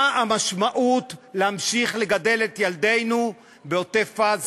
מה המשמעות של להמשיך לגדל את ילדינו בעוטף-עזה,